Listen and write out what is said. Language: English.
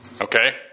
Okay